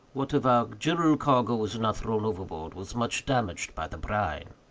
what of our general cargo was not thrown overboard was much damaged by the brine.